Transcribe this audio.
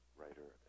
writer